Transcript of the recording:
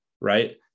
right